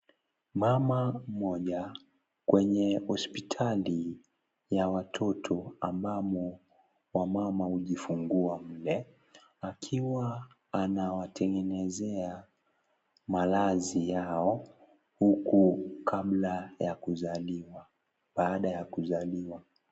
Mama mmoja kwenye hospitali ya watoto ambamo wamama hujifungua mle ,akiwa anawatengenezea malazi yao huku kabla ya kuzaliwa baada ya kuzaliwa.